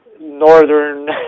northern